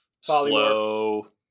slow